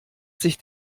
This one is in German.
sich